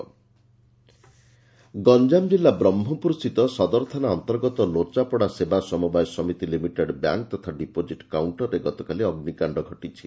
ଅଗ୍ରିକାଣ୍ଡ ଗଞାମ ଜିଲ୍ଲା ବ୍ରହ୍କପୁର ସ୍ଥିତ ସଦର ଥାନା ଅନ୍ତର୍ଗତ ଲୋଚାପଡ଼ା ସେବା ସମବାୟ ସମିତି ଲିମିଟେଡ୍ ବ୍ୟାଙ୍କ୍ ତଥା ଡିପୋଜିଟ୍ କାଉକ୍କରେ ଗତକାଲି ଅଗ୍ରିକାଣ୍ଡ ଘଟିଛି